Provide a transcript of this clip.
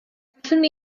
gallwn